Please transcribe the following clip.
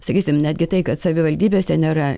sakysim netgi tai kad savivaldybėse nėra